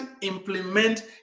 implement